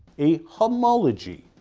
a homology.